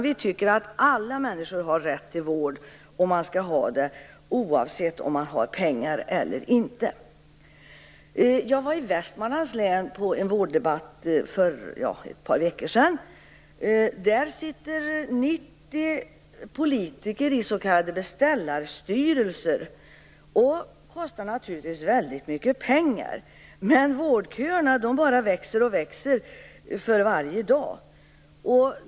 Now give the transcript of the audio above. Vi tycker att alla människor har rätt till vård. Man skall ha den rätten oavsett om man har pengar eller inte. Jag var i Västmanlands län på en vårddebatt för ett par veckor sedan. Där sitter 90 politiker i s.k. beställarstyrelser, och de kostar naturligtvis väldigt mycket pengar. Men vårdköerna bara växer och växer för varje dag.